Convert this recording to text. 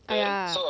!aiya!